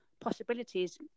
possibilities